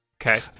Okay